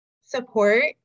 support